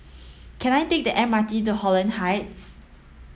can I take the M R T to Holland Heights